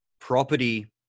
property